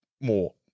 more